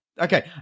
okay